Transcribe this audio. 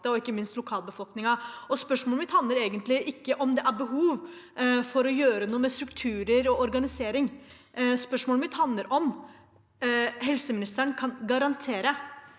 og ikke minst lokalbefolknin gen. Spørsmålet mitt handler egentlig ikke om det er behov for å gjøre noe med strukturer og organisering. Spørsmålet mitt er om helseministeren kan garantere